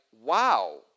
wow